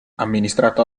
amministrata